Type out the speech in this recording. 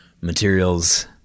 materials